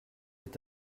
est